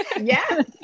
Yes